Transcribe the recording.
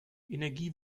energie